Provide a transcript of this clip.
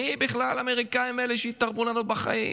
מי הם בכלל, האמריקאים האלה, שיתערבו לנו בחיים?